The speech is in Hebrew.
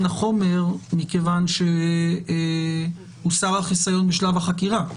החומר מכיוון שהוא שהוסר החיסיון בשלב החקירה?